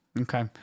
Okay